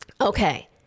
Okay